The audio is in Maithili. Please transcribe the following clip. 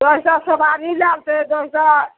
दसटा सवारी लागतय दसटा